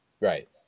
Right